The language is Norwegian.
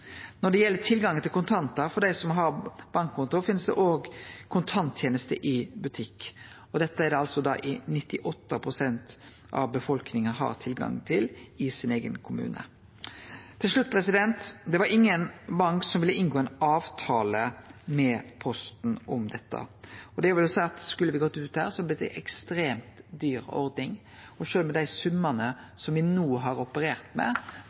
Når det gjeld tilgangen til kontantar for dei som har bankkonto, finst det òg kontanttenester i butikk. Dette har 98 pst. av befolkninga tilgang til i sin eigen kommune. Til slutt: Det var ingen bank som ville inngå ein avtale med Posten om dette. Det vil seie at det ville blitt ei ekstremt dyr ordning. Sjølv med dei summane me no har operert med,